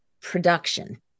production